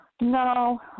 No